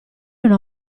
una